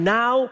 Now